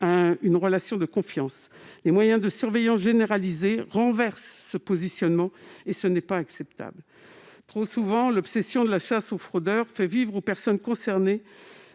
une relation de confiance. Les moyens de surveillance généralisée renversent ce positionnement, et ce n'est pas acceptable. Trop souvent, l'obsession de la chasse aux fraudeurs fait vivre aux personnes concernées